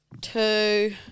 two